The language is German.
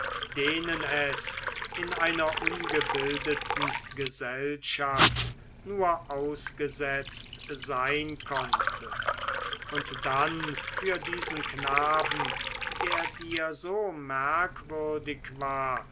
denen es in einer ungebildeten gesellschaft nur ausgesetzt sein konnte und dann für diesen knaben der dir so merkwürdig war